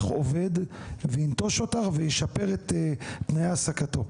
עובד וינטוש אותך וישפר את תנאי העסקתו.